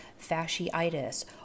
fasciitis